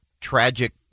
tragic